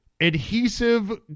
adhesive